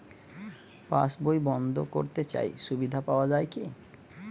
পাশ বই বন্দ করতে চাই সুবিধা পাওয়া যায় কি?